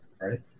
right